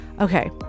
okay